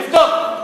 תבדוק.